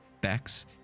Bex